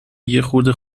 یخورده